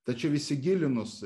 tačiau įsigilinus